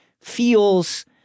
feels